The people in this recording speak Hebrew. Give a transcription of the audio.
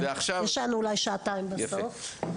ישנו אולי שעתיים בסוף.